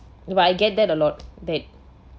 do I get that a lot that